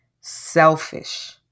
selfish